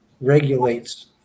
regulates